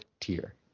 tier